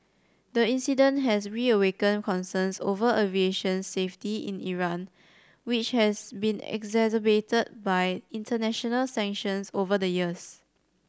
the incident has reawakened concerns over aviation safety in Iran which has been exacerbated by international sanctions over the years